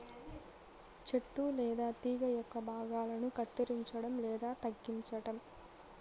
చెట్టు లేదా తీగ యొక్క భాగాలను కత్తిరించడం లేదా తగ్గించటం